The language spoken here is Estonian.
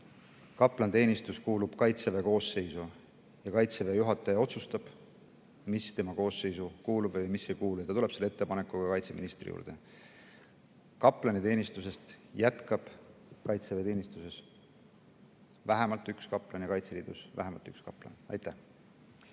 Kaplaniteenistus kuulub Kaitseväe koosseisu ja Kaitseväe juhataja otsustab, mis selle koosseisu kuulub või mis ei kuulu, ja ta tuleb selle ettepanekuga kaitseministri juurde. Kaplaniteenistuses jätkab Kaitseväes vähemalt üks kaplan ja Kaitseliidus vähemalt üks kaplan. Aitäh!